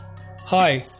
Hi